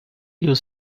you